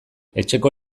etxeko